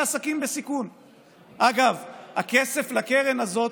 אדוני היושב-ראש,